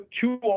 two